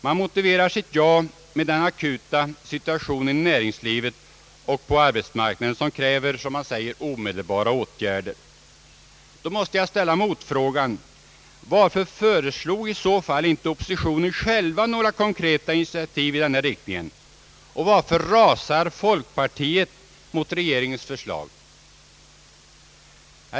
Man motiverar sitt ja med den akuta situationen inom näringslivet och på arbetsmarknaden som kräver, som man säger, omedelbara åtgärder. Då måste jag ställa frågan: Varför tog i så fall inte oppositionen själv några konkreta initiativ i den här riktningen, och varför rasar folkpartiet mot regeringens förslag?